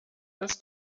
dass